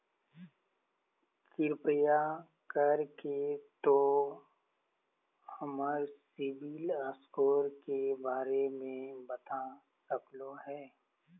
कृपया कर के तों हमर सिबिल स्कोर के बारे में बता सकलो हें?